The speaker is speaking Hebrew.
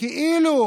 כאילו